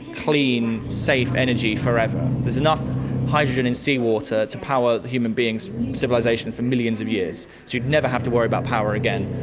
clean, safe energy forever. if there's enough hydrogen in seawater to power the human beings' civilisation for millions of years, so you'd never have to worry about power again.